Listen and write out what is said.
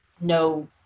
no